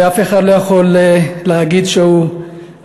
ואף אחד לא יכול להגיד שהוא פשוט.